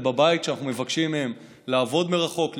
בבית כשאנחנו מבקשים מהם לעבוד מרחוק,